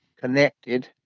connected